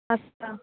अस्तु